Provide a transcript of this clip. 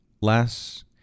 less